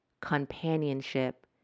companionship